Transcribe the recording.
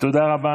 תודה רבה.